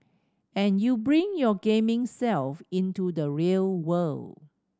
and you bring your gaming self into the real world